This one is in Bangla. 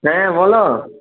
হ্যাঁ বলো